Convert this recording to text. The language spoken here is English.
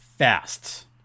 fast